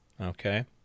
Okay